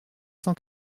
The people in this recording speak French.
cent